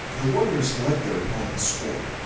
the warriors let the opponents score.